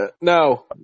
No